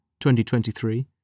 2023